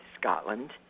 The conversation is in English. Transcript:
Scotland